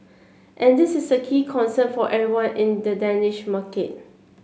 and this is a key concern for everyone in the Danish market